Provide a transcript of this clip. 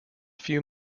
few